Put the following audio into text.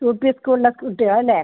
UP സ്കൂളിലെ കുട്ടികൾ അല്ലേ